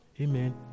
Amen